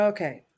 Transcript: Okay